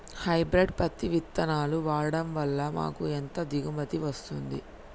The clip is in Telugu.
హైబ్రిడ్ పత్తి విత్తనాలు వాడడం వలన మాకు ఎంత దిగుమతి వస్తుంది?